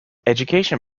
education